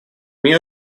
мне